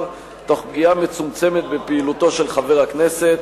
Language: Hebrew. תוך פגיעה מצומצמת בפעילותו של חבר הכנסת.